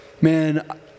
man